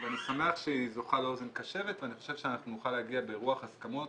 ואני שמח שהיא זוכה לאוזן קשבת ואני חושב שנוכל להגיע ברוח ההסכמות